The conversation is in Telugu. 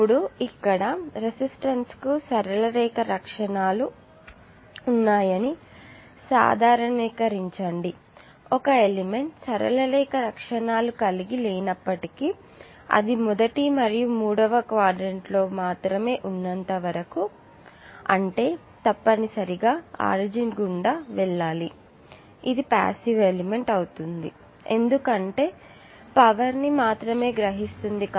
ఇప్పుడు ఇక్కడ రెసిస్టెన్స్ కు సరళ రేఖ లక్షణాలు ఉన్నాయి అని సాధారణీకరించండి ఒక ఎలిమెంట్ సరళ రేఖ లక్షణాలు కలిగి లేనప్పటికీ అది మొదటి మరియు మూడవ క్వాడ్రంట్ లో మాత్రమే ఉన్నంత వరకు అంటే అది తప్పనిసరిగా ఆరిజిన్ గుండా వెళ్ళాలి అంటే ఇది పాసివ్ ఎలిమెంట్ అవుతుంది ఎందుకంటే ఇది పవర్ ని మాత్రమే గ్రహిస్తుంది